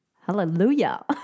Hallelujah